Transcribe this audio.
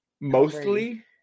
mostly